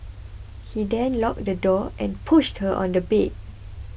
he then locked the door and pushed her on the bed